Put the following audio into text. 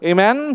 Amen